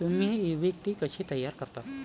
तुम्ही इक्विटी कशी तयार करता?